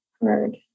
heard